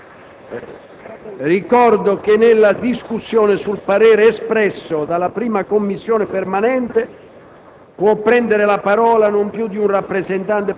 Ricordo che nella discussione sul parere espresso dalla 1a Commissione permanente